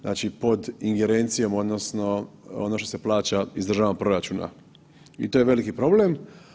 Znači, pod ingerencijom odnosno ono što se plaća iz državnog proračuna i to je veliki problem.